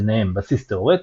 ביניהם; בסיס תאורטי,